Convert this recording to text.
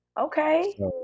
Okay